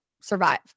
survive